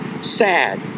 sad